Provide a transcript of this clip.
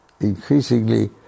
increasingly